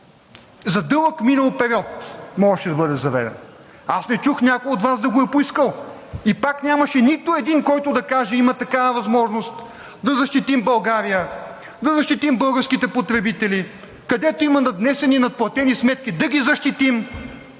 За дълъг минал период можеше да бъде заведено. Аз не чух някой от Вас да го е поискал. И пак нямаше нито един, който да каже: има такава възможност да защитим България, да защитим българските потребители, където има надвнесени и надплатени сметки да ги защитим!